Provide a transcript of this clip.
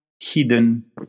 Hidden